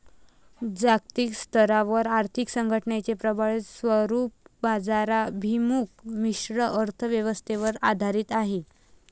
जागतिक स्तरावर आर्थिक संघटनेचे प्रबळ स्वरूप बाजाराभिमुख मिश्र अर्थ व्यवस्थेवर आधारित आहे